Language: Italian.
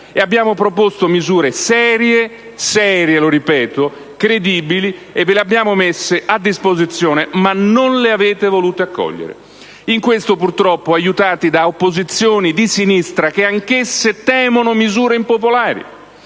Abbiamo proposto misure serie, credibili, e ve le abbiamo messe a disposizione, ma voi non le avete volute accogliere, in questo purtroppo aiutati da opposizioni di sinistra che anch'esse temono misure impopolari